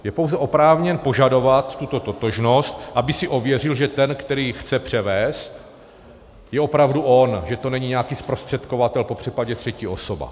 Je pouze oprávněn požadovat tuto totožnost, aby si ověřil, že ten, který chce převést, je opravdu on, že to není nějaký zprostředkovatel, popř. třetí osoba.